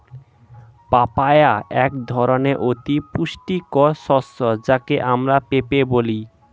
papaya এক ধরনের অতি পুষ্টিকর ফল যাকে আমরা পেঁপে বলি